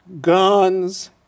Guns